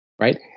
right